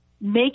make